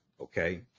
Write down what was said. Okay